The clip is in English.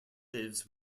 lives